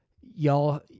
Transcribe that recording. y'all